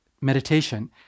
meditation